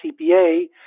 CPA